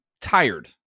tired